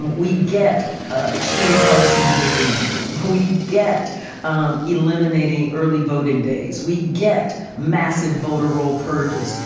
and we get extreme partisan gerrymandering. we get um eliminating early voting days. we get massive voter roll purges.